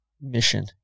mission